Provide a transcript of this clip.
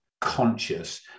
conscious